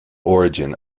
origin